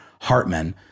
Hartman